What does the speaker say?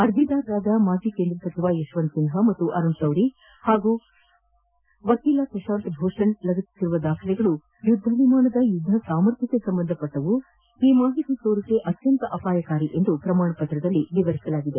ಅರ್ಜಿದಾರರಾದ ಮಾಜಿ ಕೇಂದ್ರ ಸಚಿವ ಯಶವಂತ್ ಸಿನ್ಡಾ ಮತ್ತು ಅರುಣ್ ಶೌರಿ ಹಾಗೂ ವಕೀಲ ಪ್ರಶಾಂತ್ ಭೂಷಣ್ ಲಗತ್ತಿಸಿರುವ ದಾಖಲೆಗಳು ಯುದ್ದ ವಿಮಾನದ ಯುದ್ದ ಸಾಮರ್ಥ್ಯಕ್ಕೆ ಸಂಬಂಧಿಸಿದವು ಈ ಮಾಹಿತಿ ಸೋರಿಕೆ ಅಪಾಯಕಾರಿ ಎಂದು ಪ್ರಮಾಣಪತ್ರದಲ್ಲಿ ತಿಳಿಸಲಾಗಿದೆ